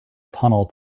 tunnel